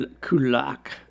Kulak